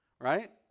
Right